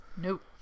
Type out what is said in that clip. Nope